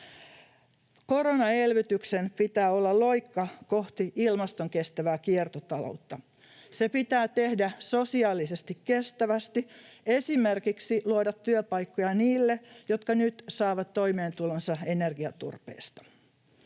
Koronaelvytyksen pitää olla loikka kohti ilmastonkestävää kiertotaloutta. Se pitää tehdä sosiaalisesti kestävästi, esimerkiksi luoda työpaikkoja niille, jotka nyt saavat toimeentulonsa energiaturpeesta.